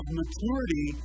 maturity